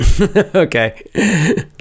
okay